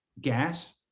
gas